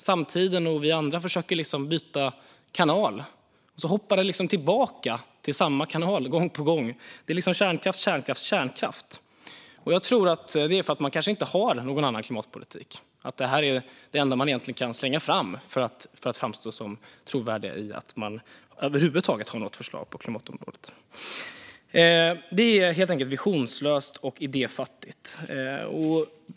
Samtiden och vi andra försöker att byta kanal, och så hoppar det liksom tillbaka till samma kanal gång på gång: kärnkraft, kärnkraft, kärnkraft. Man kanske inte har någon annan klimatpolitik, utan det här är det enda man kan slänga fram för att framstå som trovärdiga i att över huvud taget ha något förslag på klimatområdet. Det är helt enkelt visionslöst och idéfattigt.